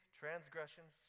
transgressions